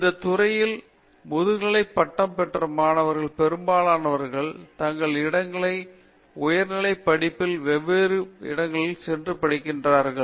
பேராசிரியர் ராஜேஷ் குமார் இந்த துறையின் முதுகலைப் பட்ட மாணவர்களில் பெரும்பாலானவர்கள் தங்கள் இடங்களை உயர்நிலைப் படிப்பில் வெவ்வேறு இடங்களில் சென்று படிக்கின்றனர்